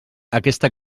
aquesta